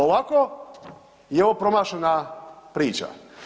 Ovako je ovo promašena priča.